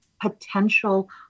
potential